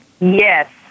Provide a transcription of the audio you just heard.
Yes